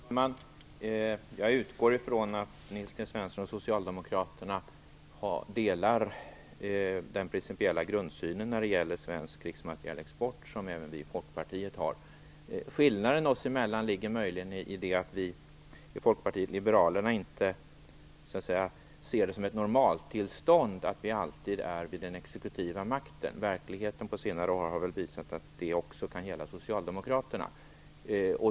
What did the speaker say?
Fru talman! Jag utgår ifrån att Nils T Svensson och socialdemokraterna delar den principiella grundsyn när det gäller svensk krigsmaterielexport som även vi i Folkpartiet har. Skillnaden oss emellan ligger i att vi i Folkpartiet liberalerna inte ser det som ett normaltillstånd att man alltid innehar den exekutiva makten. Verkligheten under senare år har ju visat att detta också kan gälla socialdemokraterna.